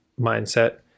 mindset